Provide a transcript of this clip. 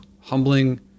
humbling